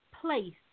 place